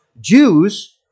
Jews